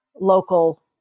local